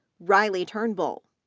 riley turnbull,